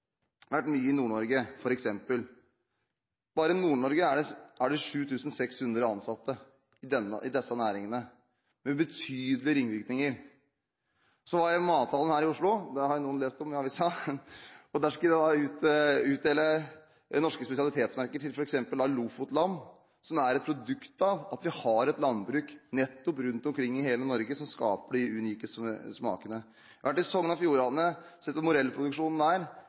i Nord-Norge. Bare i Nord-Norge er det 7 600 ansatte i disse næringene, med betydelige ringvirkninger. Så var jeg i Mathallen her i Oslo – det har jo noen lest om i avisen. Der utdelte jeg det norske spesialitetsmerket til f.eks. Lofotlam. Dette er et produkt av at vi har en landbruk rundt omkring i hele Norge som skaper de unike smakene. Jeg har vært i Sogn og Fjordane og sett på morellproduksjonen der,